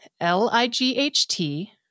L-I-G-H-T